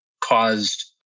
caused